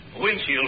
Windshield